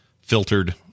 filtered